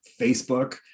Facebook